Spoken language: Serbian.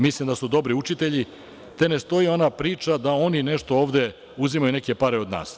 Mislim da su dobri učitelji, te ne stoji ona priča da oni ovde uzimaju neke pare od nas.